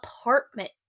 apartment